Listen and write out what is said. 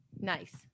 Nice